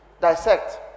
Dissect